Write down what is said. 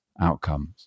outcomes